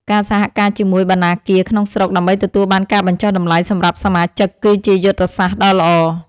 ការសហការជាមួយបណ្ណាគារក្នុងស្រុក ដើម្បីទទួលបានការបញ្ចុះតម្លៃសម្រាប់សមាជិក គឺជាយុទ្ធសាស្ត្រដ៏ល្អ។